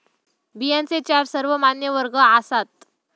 बियांचे चार सर्वमान्य वर्ग आसात